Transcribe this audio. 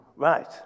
Right